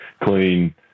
clean